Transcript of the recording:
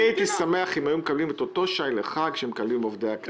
הייתי שמח אם הם היו מקבלים את אותו שי לחג שמקבלים עובדי הכנסת.